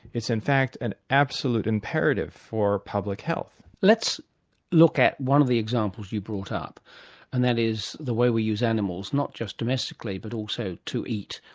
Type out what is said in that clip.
it's in fact an absolute imperative for public health. let's look at one of the examples you brought up and that is the way we use animals, not just domestically but also to eat.